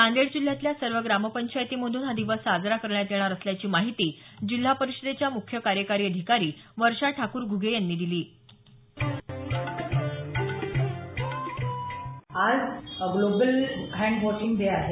नांदेड जिल्ह्यातल्या सर्व ग्राम पंचायतीमधून हा दिवस साजरा करण्यात येणार असल्याची माहिती जिल्हा परिषदेच्या मुख्य कार्यकारी अधिकारी वर्षा ठाकूर घुगे यांनी दिली आहे